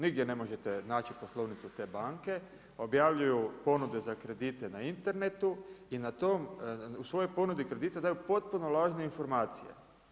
Nigdje ne možete naći poslovnicu te banke, objavljuju ponude za kredite na internetu i na to, u svojoj ponudi kredita daju potpuno lažne informacije.